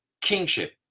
kingship